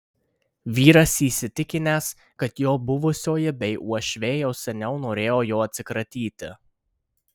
vyras įsitikinęs kad jo buvusioji bei uošvė jau seniau norėjo jo atsikratyti